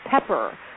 pepper